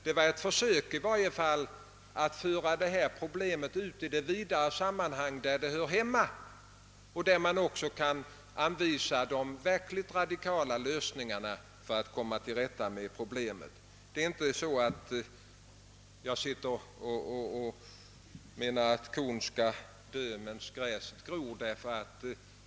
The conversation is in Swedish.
Det var i varje fall ett försök att sätta in frågan i det vidare sammanhang där den hör hemma och där man kan anvisa de verkligt radikala lösningarna. Jag menar inte att kon skall dö medan gräset gror.